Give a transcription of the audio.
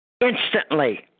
instantly